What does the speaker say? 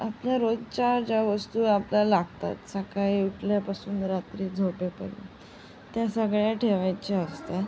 आपल्या रोजच्या ज्या वस्तू आपल्याला लागतात सकाळी उठल्यापासून रात्री झोपेपर्यंत त्या सगळ्या ठेवायच्या असतात